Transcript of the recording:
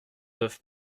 neuf